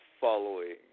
following